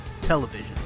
television